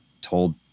told